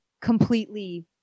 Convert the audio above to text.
completely